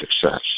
success